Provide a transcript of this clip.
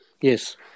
Yes